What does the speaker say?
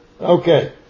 Okay